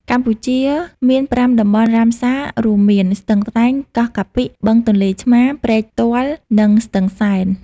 កម្ពុជាមាន ៥ តំបន់រ៉ាមសារ រួមមាន ស្ទឹងត្រែង កោះកាពិ បឹងទន្លេឆ្មារ ព្រែកទាល់ និងស្ទឹងសែន។